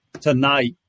tonight